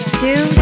two